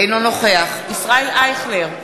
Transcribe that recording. אינו נוכח ישראל אייכלר,